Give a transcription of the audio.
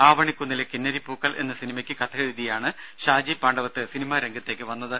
ആവണി കുന്നിലെ കിന്നരി പൂക്കൾ എന്ന സിനിമയ്ക്ക് കഥയെഴുതിയാണ് ഷാജി പാണ്ഡവത്ത് സിനിമാ രംഗത്ത് വരുന്നത്